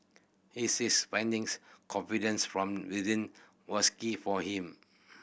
he says finding confidence from within was key for him